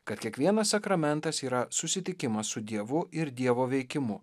kad kiekvienas sakramentas yra susitikimas su dievu ir dievo veikimu